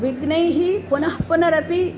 विघ्नैः पुनःपुनरपि